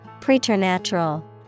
Preternatural